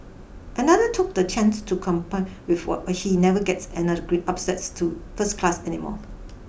another took the chance to complain what why he never gets another grey upsets to first class anymore